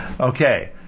Okay